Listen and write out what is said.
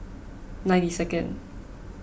ninety second